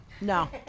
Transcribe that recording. No